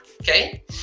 okay